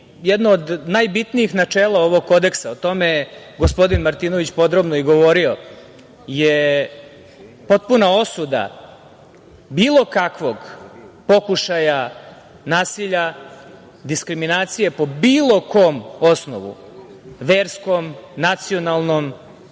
Jedno od najbitnijih načela ovog Kodeksa, o tome je gospodin Martinović podrobno i govori, je potpuna osuda bilo kakvog pokušaja nasilja, diskriminacije po bilo kom osnovu, verskom, nacionalnom,